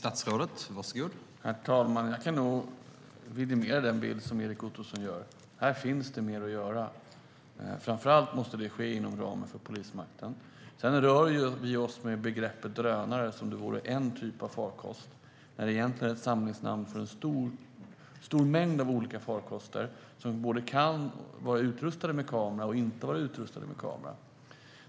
Herr talman! Jag kan nog vidimera den bild som Erik Ottoson ger. Här finns det mer att göra. Framför allt måste det ske inom ramen för polismakten. Vi rör oss med begreppet drönare som om det vore en typ av farkost när det egentligen är ett samlingsnamn för en stor mängd av olika farkoster som både kan vara utrustade med kamera och inte vara utrustade med kamera.